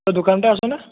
তই দোকানতে আছনে